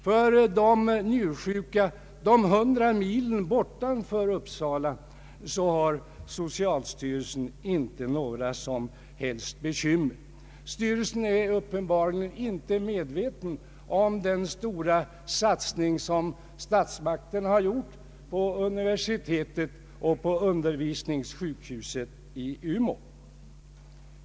För de njursjuka som befinner sig kanske 100 mil norr om Uppsala har socialstyrelsen inte några som helst bekymmer. Styrelsen är uppenbarligen inte medveten om den stora satsning som statsmakterna gjort på universitetet och undervisningssjukhuset i Umeå.